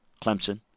Clemson